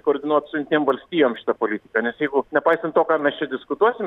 koordinuot su jungtinėm valstijom šitą politiką nes jeigu nepaisant to ką mes čia diskutuosim